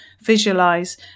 visualize